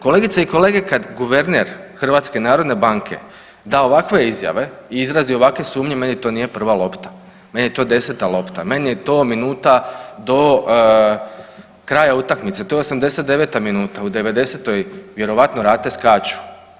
Kolegice i kolege kad guverner HNB-a da ovakve izjave i izrazi ovakve sumnje meni to nije prva lopta, meni je to deseta lopta, meni je to minuta do kraja utakmice to je 89 minuta u 90. vjerojatno rate skaču.